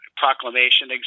proclamation